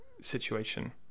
situation